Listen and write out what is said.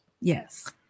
Yes